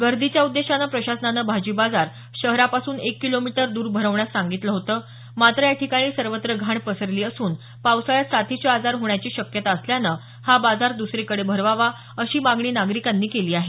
गर्दीच्या उद्देशानं प्रशासनानं भाजी बाजार शहरापासून एक किलोमीटर दूर भरवण्यास सांगितलं होतं मात्र यांठिकाणी सर्वेत्र घाण पसरली असून पावसाळ्यात साथीचे आजार होण्याची शक्यता असल्यानं हा बाजार दसरीकडे भरवावा अशी मागणी नागरिकांनी केली आहे